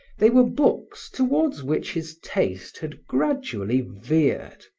they were books toward which his taste had gradually veered,